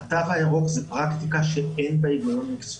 התו הירוק זו פרקטיקה שאין בה היגיון מקצועי,